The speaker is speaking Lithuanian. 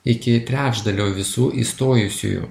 iki trečdalio visų įstojusiųjų